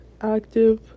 active